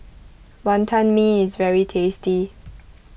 Wonton Mee is very tasty